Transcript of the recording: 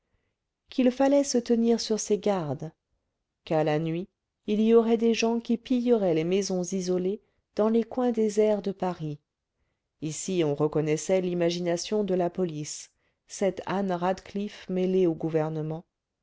qu'il fallait se tenir sur ses gardes qu'à la nuit il y aurait des gens qui pilleraient les maisons isolées dans les coins déserts de paris ici on reconnaissait l'imagination de la police cette anne radcliffe mêlée au gouvernement